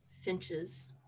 finches